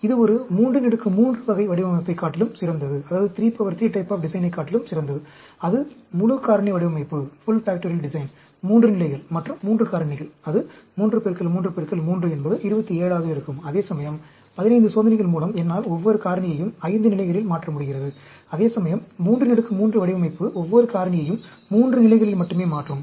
இது ஒரு 33 வகை வடிவமைப்பைக் காட்டிலும் சிறந்தது அது முழு காரணி வடிவமைப்பு 3 நிலைகள் மற்றும் 3 காரணிகள் அது 3 3 3 என்பது 27 ஆக இருக்கும் அதேசமயம் 15 சோதனைகள் மூலம் என்னால் ஒவ்வொரு காரணியையும் 5 நிலைகளில் மாற்ற முடிகிறது அதேசமயம் 33 வடிவமைப்பு ஒவ்வொரு காரணியையும் 3 நிலைளில் மட்டுமே மாற்றும்